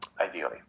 ideally